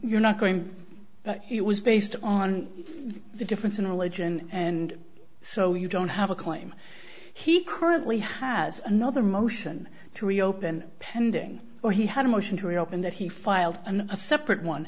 you're not going he was based on the difference in religion and so you don't have a claim he currently has another motion to reopen pending or he had a motion to reopen that he filed and a separate one